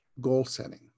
goal-setting